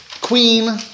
queen